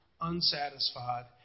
unsatisfied